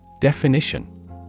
Definition